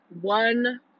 one